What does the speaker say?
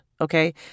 Okay